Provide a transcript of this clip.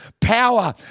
power